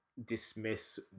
Dismiss